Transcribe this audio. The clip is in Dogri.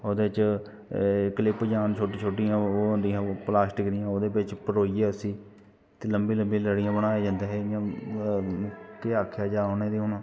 उ'दे च कलीप जन छोटे छोटे ओह् होंदियां हियां ओह् प्लास्टिक ओह् दे बिच्च परोइयै उसी लम्बी लम्बी लड़ियां परोया जंदा हा जियां केह् आखेआ जा उ'नेंगी उन